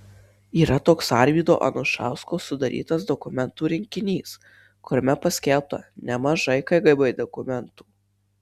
yra toks arvydo anušausko sudarytas dokumentų rinkinys kuriame paskelbta nemažai kgb dokumentų